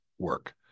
Work